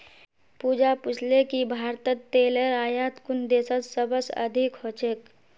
पूजा पूछले कि भारतत तेलेर आयात कुन देशत सबस अधिक ह छेक